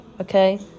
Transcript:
okay